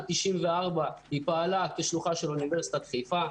94 היא פעלה כשלוחה של אוניברסיטת חיפה.